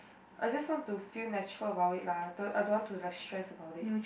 I just want to feel natural about it lah I d~ I don't want to stress about it